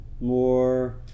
more